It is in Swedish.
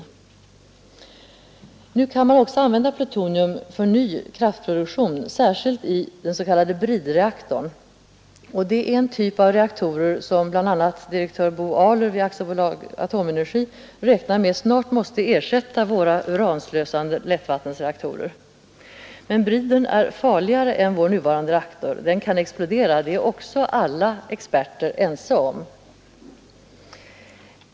Plutonium kan också användas för ny kraftproduktion, särskilt i den s.k. bridreaktorn, den typ av reaktorer som bl.a. direktör Bo Ahler vid AB Atomenergi räknar med snart måste ersätta våra uranslösande lättvattenreaktorer. Men bridern är farligare än vår nuvarande reaktor, den kan explodera — det är också alla experter ense om.